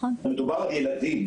מדובר על ילדים,